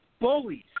bullies